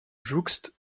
jouxte